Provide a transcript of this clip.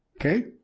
Okay